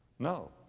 no.